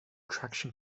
traction